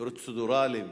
פרוצדורליים,